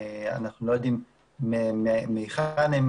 אנחנו לא יודעים מהיכן הם,